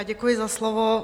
Děkuji za slovo.